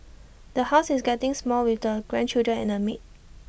the house is getting small with the grandchildren and A maid